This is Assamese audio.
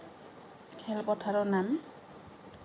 খেলপথাৰৰ নাম